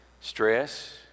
stress